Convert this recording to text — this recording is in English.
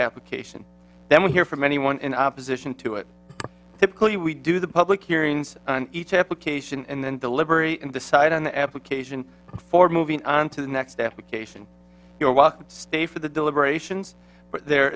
application then we hear from anyone in opposition to it typically we do the public hearings on each application and then delivery and decide on the application for moving on to the next after cation your walk to stay for the deliberations but there